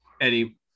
Eddie